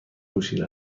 پوشیده